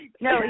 No